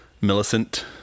Millicent